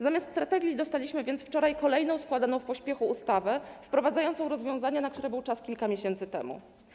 Zamiast strategii dostaliśmy więc wczoraj kolejną składaną w pośpiechu ustawę, wprowadzającą rozwiązania, na które był czas kilka miesięcy temu.